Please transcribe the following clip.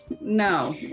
no